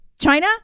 China